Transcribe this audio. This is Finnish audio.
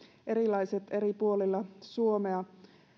erilaiset eri puolilla suomea